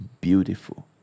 beautiful